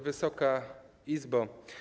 Wysoka Izbo!